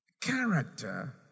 character